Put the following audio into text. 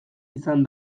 izan